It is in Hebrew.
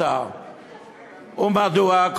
ומדוע?